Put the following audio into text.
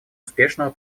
успешного